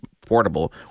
portable